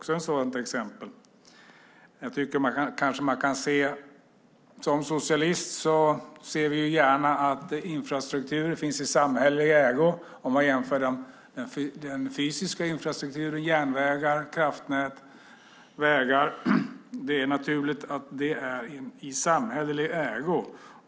Som socialist ser jag gärna att infrastrukturen finns i samhällelig ägo. Man kan jämföra med den fysiska infrastrukturen - järnvägar, kraftnät och vägar - som det är naturligt att ha i samhällelig ägo.